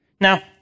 Now